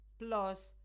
plus